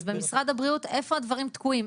אז במשרד הבריאות, איפה הדברים תקועים?